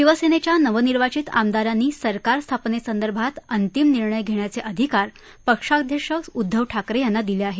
शिवसेनेच्या नवनिर्वाचित आमदारांनी सरकार स्थापने संदर्भात अंतिम नि र्णय घेण्याचे अधिकार पक्षाध्यक्ष उद्दव ठाकरे यांना दिले आहेत